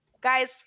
guys